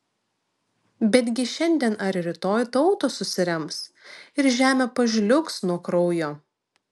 betgi šiandien ar rytoj tautos susirems ir žemė pažliugs nuo kraujo